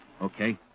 Okay